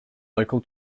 local